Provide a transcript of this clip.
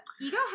ego